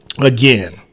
again